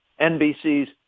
NBC's